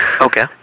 Okay